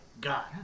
God